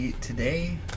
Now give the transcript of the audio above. Today